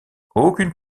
aucune